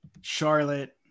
Charlotte